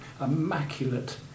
immaculate